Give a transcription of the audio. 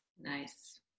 Nice